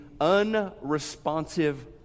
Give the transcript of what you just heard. unresponsive